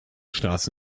straße